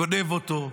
גונב אותו,